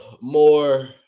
more